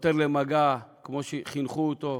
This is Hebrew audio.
חותר למגע כמו שחינכו אותו,